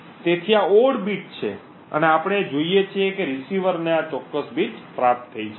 તેથી આ odd bit છે અને આપણે જોઈએ છીએ કે રીસીવરને આ ચોક્કસ બીટ પ્રાપ્ત થઈ છે